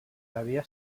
havia